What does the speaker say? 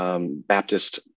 Baptist